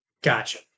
Gotcha